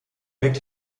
wirkt